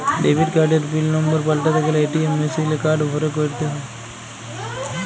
debit কার্ডের pin number পাল্টাতে গ্যালে এ.টি.এম মেশিলে কার্ড ভরে ক্যরতে হ্য়য়